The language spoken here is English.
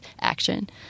action